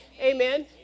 Amen